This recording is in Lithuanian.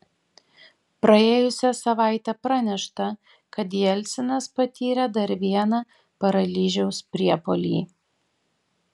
praėjusią savaitę pranešta kad jelcinas patyrė dar vieną paralyžiaus priepuolį